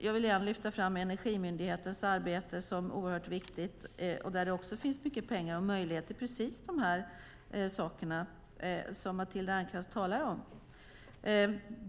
Jag vill igen lyfta fram Energimyndighetens arbete som oerhört viktigt och där det också finns mycket pengar och möjligheter - precis det som Matilda Ernkrans talar om.